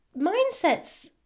mindsets